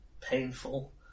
painful